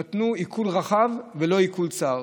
נתנו עיקול רחב ולא עיקול צר.